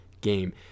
game